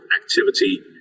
activity